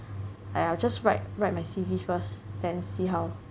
!aiya! just write write my C_V first then see how